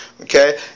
okay